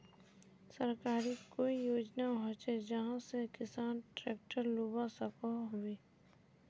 सरकारी कोई योजना होचे जहा से किसान ट्रैक्टर लुबा सकोहो होबे?